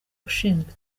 ushinzwe